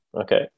Okay